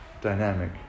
dynamic